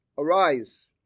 Arise